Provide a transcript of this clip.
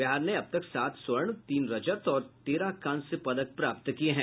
बिहार ने अब तक सात स्वर्ण तीन रजत और तेरह कांस्य पदक प्राप्त किये हैं